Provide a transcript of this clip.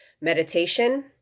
meditation